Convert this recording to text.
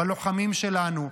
בלוחמים שלנו,